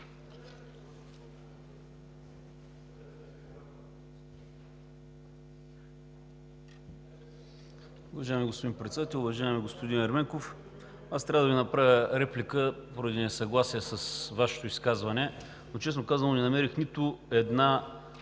Уважаеми господин Председател! Уважаеми господин Ерменков, аз трябва да Ви направя реплика поради несъгласие с Вашето изказване, но, честно казано, не намерих нито една